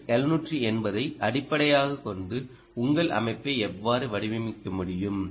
S 780 ஐ அடிப்படையாகக் கொண்டு உங்கள் அமைப்பை எவ்வாறு வடிவமைக்க முடியும்